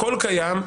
הכול קיים.